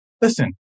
listen